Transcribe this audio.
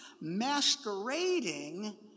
Masquerading